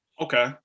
Okay